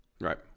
right